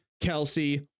Kelsey